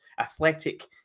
athletic